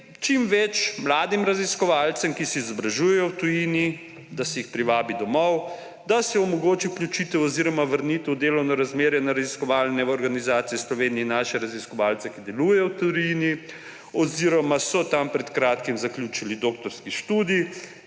čim več mladih raziskovalcev, ki se izobražujejo v tujini, privabi domov, da se omogoči vključitev oziroma vrnitev v delovno razmerje v raziskovalne organizacije v Sloveniji našim raziskovalcem, ki delujejo v tujini oziroma so tam pred kratkim zaključili doktorski študij